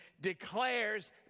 declares